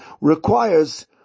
requires